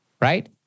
right